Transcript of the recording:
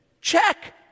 Check